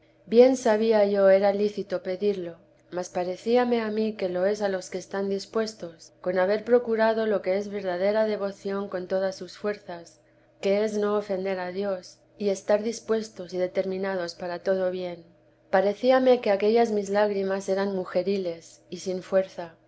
bien sabía yo era lícito pedirlo mas parecíame a mí que lo es a los que están dispuestos con haber procurado lo que es verdadera devoción con todas sus fuerzas que es no ofender a dios y estar dispuestos y determinados para todo bien parecíame que aquellas mis lágrimas eran mujeriles y sin fuerza